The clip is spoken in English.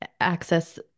access